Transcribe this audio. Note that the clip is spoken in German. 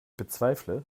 bezweifle